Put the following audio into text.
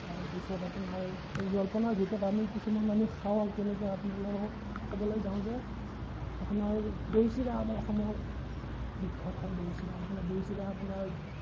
তাৰপিছত আপোনাৰ জলপানৰ ভিতৰত আমি কিছুমান আমি খাওঁ কেনেকুৱা আপোনালোকক ক'বলৈ যাওঁ যে আপোনাৰ দৈ চিৰা আমাৰ অসমৰ বিখ্যাত হয় দৈ চিৰা আপোনাৰ দৈ চিৰা আপোনাৰ